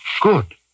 good